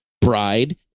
bride